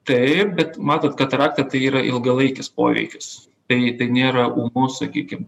taip bet matot katarakta tai yra ilgalaikis poveikis tai tai nėra ūmus sakykim